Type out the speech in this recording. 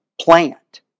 plant